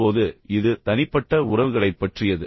இப்போது இது தனிப்பட்ட உறவுகளைப் பற்றியது